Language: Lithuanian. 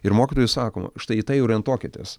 ir mokytojai sako štai į tai orientuokitės